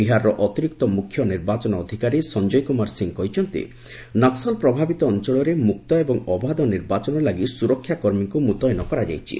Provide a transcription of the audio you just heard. ବିହାରର ଅତିରିକ୍ତ ମୁଖ୍ୟ ନିର୍ବାଚନ ଅଧିକାରୀ ସଂଜୟ କୁମାର ସିଂହ କହିଛନ୍ତି ନକ୍କଲ ପ୍ରଭାବିତ ଅଞ୍ଚଳରେ ମୁକ୍ତ ଏବଂ ଅବାଧ ନିର୍ବାଚନ ଲାଗି ସୁରକ୍ଷା କର୍ମୀଙ୍କୁ ମୁତୟନ କରାଯାଇଛି